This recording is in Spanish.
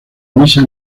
misa